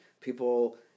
people